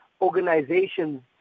organizations